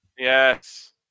Yes